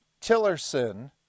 Tillerson